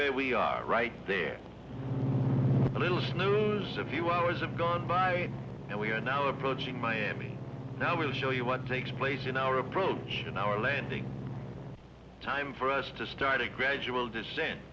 where we are right there a little snow a few hours have gone by and we are now approaching miami now we'll show you what takes place in our approach in our landing time for us to start a gradual descent